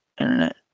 internet